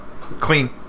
Clean